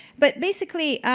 but basically,